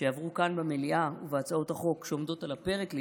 שעברו כאן במליאה ובהצעות החוק שעומדות על הפרק לאישור,